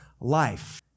life